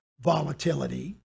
volatility